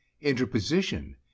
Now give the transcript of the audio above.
Interposition